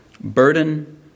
burden